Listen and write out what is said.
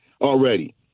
already